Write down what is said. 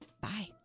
bye